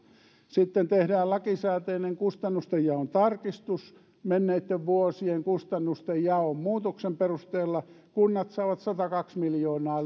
sitten tehdään lakisääteinen kustannustenjaon tarkistus menneitten vuosien kustannustenjaon muutoksen perusteella kunnat saavat satakaksi miljoonaa